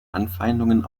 anfeindungen